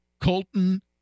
Colton